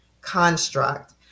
construct